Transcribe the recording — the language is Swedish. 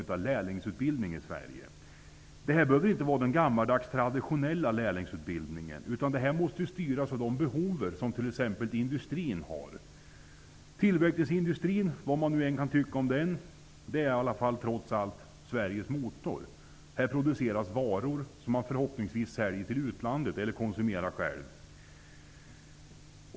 Jag har också väckt motioner om det. Den behöver inte vara lik den gamla tradionella lärlingsutbildningen, utan den måste styras av det behov som exempelvis industrin har. Vad man än tycker om tillverkningsindustrin, utgör den Sveriges motor. I den industrin produceras varor som förhoppningsvis säljs till utlandet eller konsumeras inom landet.